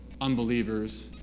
unbelievers